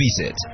visit